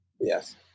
Yes